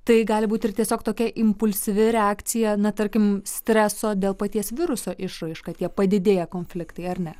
tai gali būt ir tiesiog tokia impulsyvi reakcija na tarkim streso dėl paties viruso išraiška tie padidėję konfliktai ar ne